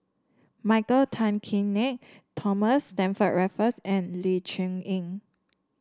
Michael Tan Kim Nei Thomas Stamford Raffles and Ling Cher Eng